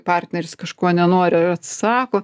partneris kažko nenori ar atsisako